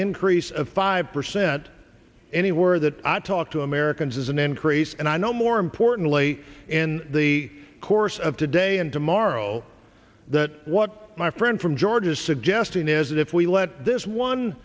increase of five percent anywhere that i talk to americans is an increase and i know more importantly in the course of today and tomorrow that what my friend from georgia is suggesting is that if we let this one